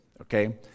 Okay